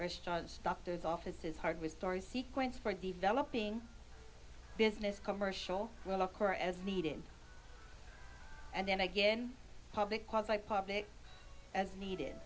restaurants doctor's offices hard with stories sequence for developing business commercial or as needed and then again public by public as needed